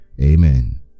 amen